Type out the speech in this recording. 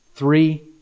Three